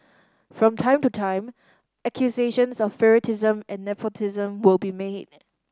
from time to time accusations of favouritism and nepotism will be made